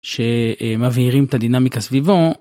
שמבהירים את הדינמיקה סביבו.